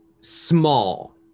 small